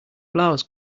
blouse